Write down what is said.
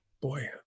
boy